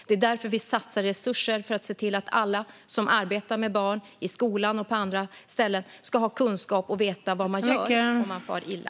Det är också därför vi satsar resurser för att se till att alla som arbetar med barn, i skolan och på andra ställen, ska ha kunskap och veta vad de ska göra när barn far illa.